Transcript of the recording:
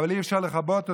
אבל אי-אפשר לכבות אותם.